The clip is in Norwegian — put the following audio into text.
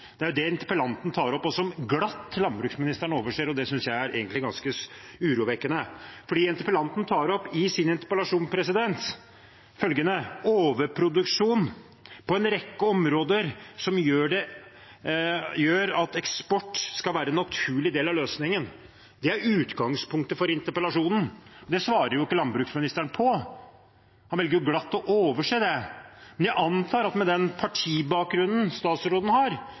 Det er det interpellanten tar opp, noe landbruksministeren glatt overser, og det synes jeg egentlig er ganske urovekkende. Det interpellanten tar opp i sin interpellasjon, er følgende: overproduksjon på en rekke områder, som gjør at eksport skal være en naturlig del av løsningen. Det er utgangspunktet for interpellasjonen, men det svarer ikke landbruksministeren på. Han velger glatt å overse det. Men jeg antar at med den partibakgrunnen statsråden har,